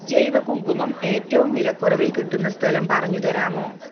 ജൈവ കുങ്കുമം ഏറ്റവും വിലക്കുറവിൽ കിട്ടുന്ന സ്ഥലം പറഞ്ഞു തരാമോ